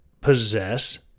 possess